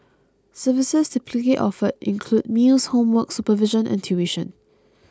services typically offered include meals homework supervision and tuition